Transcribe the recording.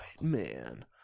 man